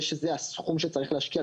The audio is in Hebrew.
זה שזה הסכום שצריך להשקיע,